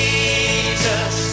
Jesus